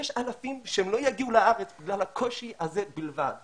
יש אלפים שהם לא יגיעו לארץ בגלל הקושי הזה בלבד.